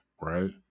right